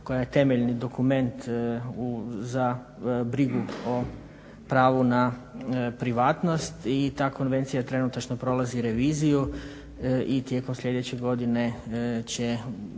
koja je temeljni dokument za brigu o pravu na privatnost i ta konvencija trenutačno prolazi reviziju i tijekom sljedeće godine će